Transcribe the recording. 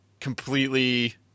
completely